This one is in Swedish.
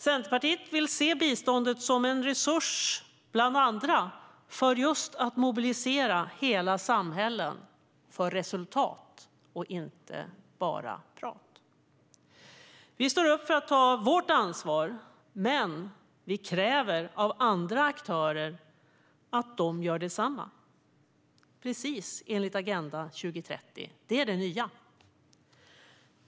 Centerpartiet vill se biståndet som en resurs bland andra för att mobilisera hela samhällen för resultat och inte bara prat. Vi står upp för att ta vårt ansvar, men vi kräver av andra aktörer att de gör detsamma, precis enligt Agenda 2030. Det är det nya.